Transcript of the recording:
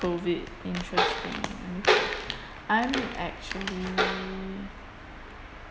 interesting I'm actually